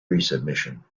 resubmission